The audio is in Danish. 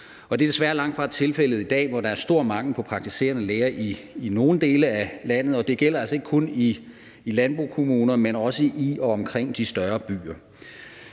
Det er desværre langtfra tilfældet i dag, hvor der er stor mangel på praktiserende læger i nogle dele af landet, og det gælder altså ikke kun i landbokommuner, men også i og omkring de større byer,